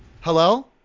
Hello